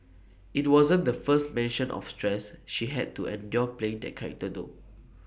IT wasn't the first mention of stress she had to endure playing that character though